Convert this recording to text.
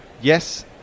yes